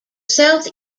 south